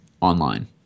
online